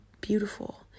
beautiful